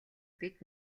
бид